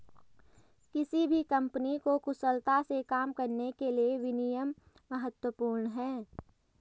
किसी भी कंपनी को कुशलता से काम करने के लिए विनियम महत्वपूर्ण हैं